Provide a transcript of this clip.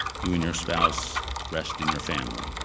you and your spouse rest in your family.